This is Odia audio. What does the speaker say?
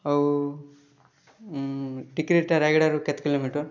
ଆଉ ଉଁ ଟିକିରିଟା ରାୟଗଡ଼ାଠାରୁ କେତେ କିଲୋମିଟର